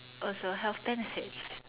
also health benefits